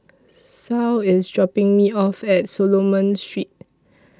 Saul IS dropping Me off At Solomon Street